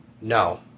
No